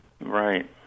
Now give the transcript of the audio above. Right